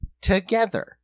together